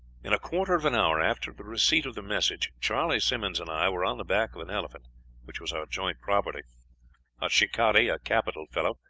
in a quarter of an hour after the receipt of the message charley simmonds and i were on the back of an elephant which was our joint property our shikaree, a capital fellow,